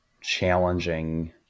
challenging